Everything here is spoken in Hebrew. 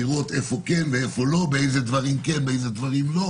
לראות באילו דברים כן ובמה לא.